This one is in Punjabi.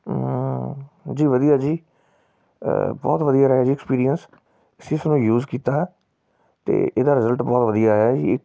ਜੀ ਵਧੀਆ ਜੀ ਬਹੁਤ ਵਧੀਆ ਰਿਹਾ ਜੀ ਐਕਸਪੀਰੀਅੰਸ ਸਿਰਫ਼ ਉਹਨੂੰ ਯੂਜ ਕੀਤਾ ਅਤੇ ਇਹਦਾ ਰਿਜ਼ਲਟ ਬਹੁਤ ਵਧੀਆ ਆਇਆ ਜੀ